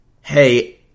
hey